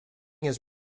his